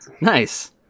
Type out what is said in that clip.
Nice